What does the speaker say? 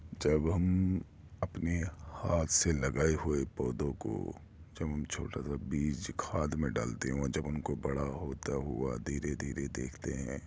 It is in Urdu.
جب ہم اپنے ہاتھ سے لگائے ہوئے پودوں کو جب ہم چھوٹا سا بیج کھاد میں ڈالتے ہوں جب ان کو بڑا ہوتا ہوا دھیرے دھیرے دیکھتے ہیں اور جب